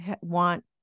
want